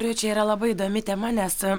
ir čia yra labai įdomi tema nes